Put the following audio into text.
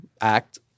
Act